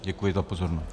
Děkuji za pozornost.